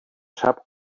sap